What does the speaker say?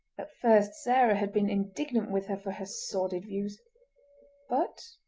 at first sarah had been indignant with her for her sordid views but,